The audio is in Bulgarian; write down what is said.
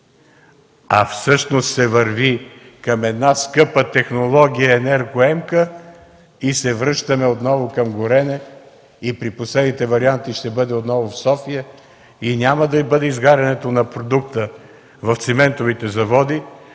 а всъщност се върви към една скъпа технология – енергоемка, и се връщаме отново към горене и при последните варианти ще бъде отново в София. Изгарянето на продукта няма да бъде в циментовите заводи,